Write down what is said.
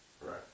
Right